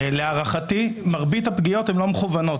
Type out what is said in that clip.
להערכתי, מרבית הפגיעות הן לא מכוונות.